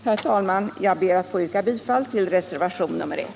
Herr talman! Jag ber att få yrka bifall till reservationen 1.